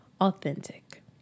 authentic